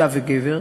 אישה וגבר,